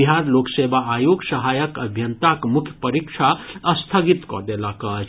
बिहार लोक सेवा आयोग सहायक अभियंताक मुख्य परीक्षा स्थगित कऽ देलक अछि